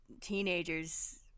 teenagers